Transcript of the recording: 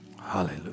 Hallelujah